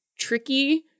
tricky